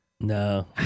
No